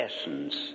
essence